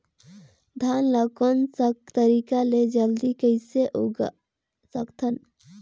धान ला कोन सा तरीका ले जल्दी कइसे उगाय सकथन?